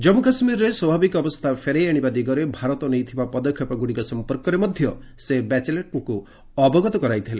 ଜନ୍ମୁ କାଶ୍ମୀରରେ ସ୍ୱାଭାବିକ ଅବସ୍ଥା ଫେରାଇ ଆଣିବା ଦିଗରେ ଭାରତ ନେଇଥିବା ପଦକ୍ଷେପଗୁଡ଼ିକ ସମ୍ପର୍କରେ ମଧ୍ୟ ସେ ବାଚେଲଟ୍ଙ୍କୁ ଅବଗତ କରାଇଥିଲେ